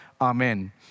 Amen